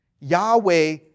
Yahweh